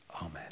Amen